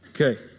Okay